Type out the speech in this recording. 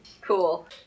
Cool